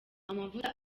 amavuta